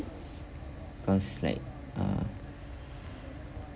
cause like uh